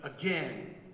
again